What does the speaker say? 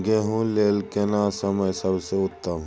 गेहूँ लेल केना समय सबसे उत्तम?